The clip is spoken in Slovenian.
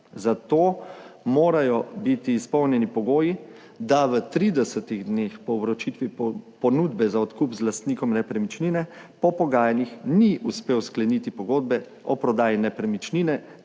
Zato morajo biti izpolnjeni pogoji, da v 30-ih dneh po vročitvi ponudbe za odkup z lastnikom nepremičnine po pogajanjih ni uspel skleniti pogodbe o prodaji nepremičnine,